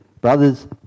brothers